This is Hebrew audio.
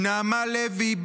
נעמה לוי,